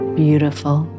beautiful